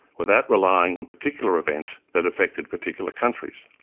without relying on particular events that affected particular countries.